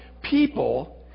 people